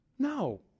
No